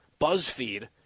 BuzzFeed